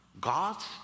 God's